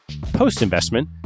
Post-investment